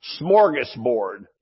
smorgasbord